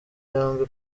yombi